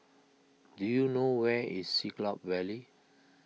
do you know where is Siglap Valley